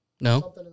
No